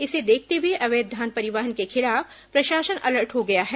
इसे देखते हुए अवैध धान परिवहन के खिलाफ प्रशासन अलर्ट हो गया है